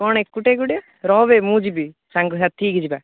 କ'ଣ ଏକୁଟିଆ ଏକୁଟିଆ ରହବେ ମୁଁ ଯିବି ସାଙ୍ଗସାଥି ହେଇକି ଯିବା